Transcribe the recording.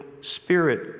Spirit